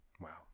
Wow